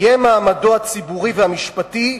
מעמדו הציבורי והמשפטי,